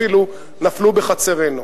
אפילו נפלו בחצרנו,